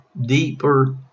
deeper